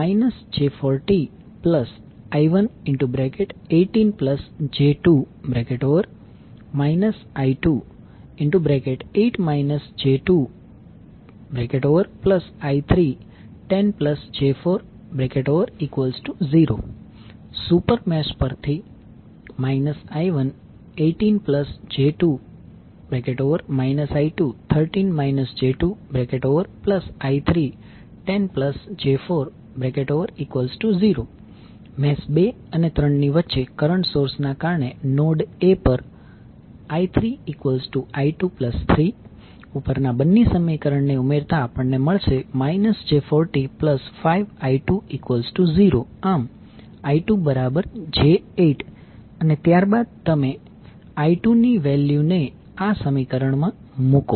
mesh 1 માટે j40I118j2 I28 j2I310j40 supermesh પરથી I118j2 I213 j2I310j40 mesh 2 અને 3 ની વચ્ચે કરંટ સોર્સના કારણે નોડ a પર I3I23 ઉપરના બંને સમીકરણને ઉમેરતા આપણને મળશે j405I20 આમ I2j8 અને ત્યારબાદ તમે I2 ની વેલ્યુ ને આ સમીકરણમાં મુકો